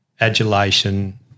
adulation